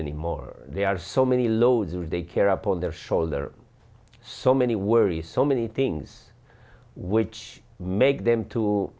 anymore they are so many loads of daycare upon their shoulder so many worry so many things which make them to